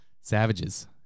Savages